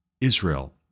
Israel